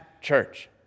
church